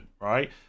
Right